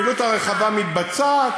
הפעילות הרחבה מתבצעת,